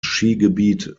skigebiet